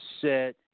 set